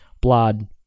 blood